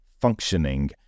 functioning